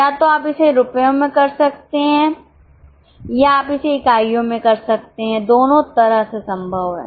या तो आप इसे रुपयों में कर सकते हैं या आप इसे इकाइयों में कर सकते हैं दोनों तरह से संभव है